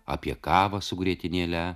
apie kavą su grietinėle